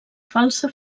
falsa